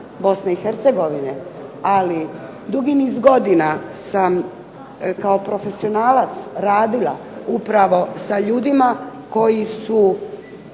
ali dugi niz godina sam kao profesionalac radila upravo sa ljudima koji su